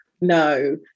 no